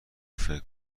فکر